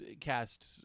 cast